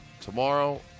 tomorrow